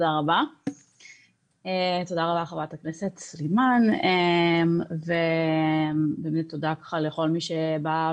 תודה רבה חברת הכנסת סילמן ובאמת תודה ככה לכל מי שבאה